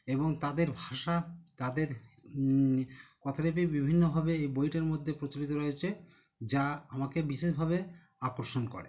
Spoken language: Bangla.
এবং তাদের ভাষা তাদের কথা লিপি বিভিন্নভাবে এই বইটার মধ্যে প্রচলিত রয়েছে যা আমাকে বিশেষভাবে আকর্ষণ করে